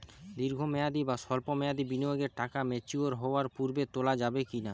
দীর্ঘ মেয়াদি বা সল্প মেয়াদি বিনিয়োগের টাকা ম্যাচিওর হওয়ার পূর্বে তোলা যাবে কি না?